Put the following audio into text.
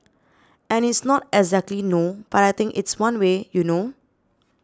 and it's not exactly no but I think it's one way you know